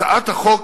הצעת החוק